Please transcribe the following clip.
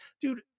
dude